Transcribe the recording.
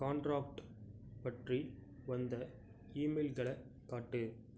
contract பற்றி வந்த இமெயில்களை காட்டு